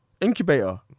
incubator